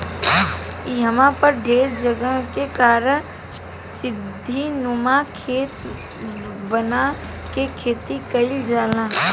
इहवा पर ढेर जगह के कारण सीढ़ीनुमा खेत बना के खेती कईल जाला